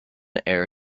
air